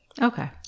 Okay